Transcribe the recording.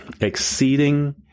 exceeding